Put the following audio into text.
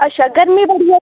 अच्छा गरमी बड़ी ऐ